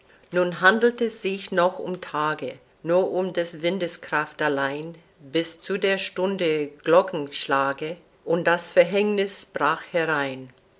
nun handelt es sich noch um tage nur um des windes kraft allein bis zu der stunde glockenschlage und das verhängniß brach herein